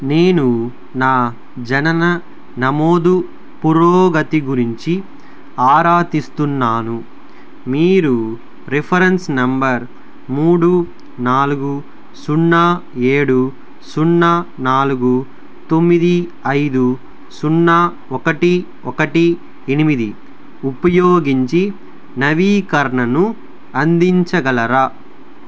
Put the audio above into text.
నేను నా జనన నమోదు పురోగతి గురించి ఆరా తీస్తున్నాను మీరు రిఫరెన్స్ నెంబర్ మూడు నాలుగు సున్నా ఏడు సున్నా నాలుగు తొమ్మిది ఐదు సున్నా ఒకటి ఒకటి ఎనిమిది ఉపయోగించి నవీకరణను అందించగలరా